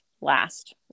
last